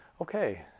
Okay